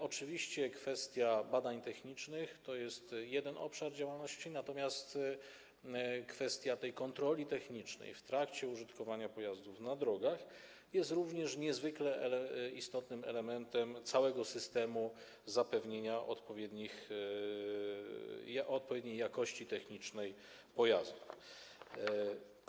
Oczywiście kwestia badań technicznych to jest jeden obszar działalności, natomiast kwestia tej kontroli technicznej w trakcie użytkowania pojazdów na drogach jest również niezwykle istotnym elementem całego systemu zapewnienia odpowiedniej jakości technicznej pojazdu.